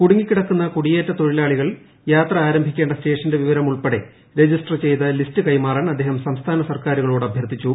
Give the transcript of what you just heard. കുടുങ്ങിക്കിടക്കുന്ന കുടിയേറ്റത്തൊഴിലാളികൾക്ക് യാത്രാ ആരംഭിക്കേണ്ട സ്റ്റേഷന്റെ വിവരം ഉൾപ്പെടെ രജിസ്റ്റർ ലിസ്റ്റ് കൈമാറാൻ അദ്ദേഹം സംസ്ഥാന സർക്കാരുകളോട് അഭ്യർത്ഥിച്ചു